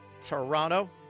Toronto